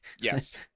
Yes